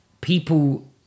people